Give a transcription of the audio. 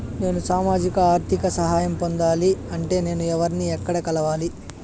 నేను సామాజిక ఆర్థిక సహాయం పొందాలి అంటే నేను ఎవర్ని ఎక్కడ కలవాలి?